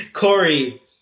Corey –